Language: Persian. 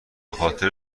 خاطر